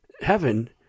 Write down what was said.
heaven